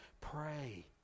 Pray